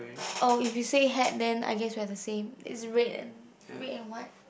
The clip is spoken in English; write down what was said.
oh if you say hat then I guess we are the same it's red and red and white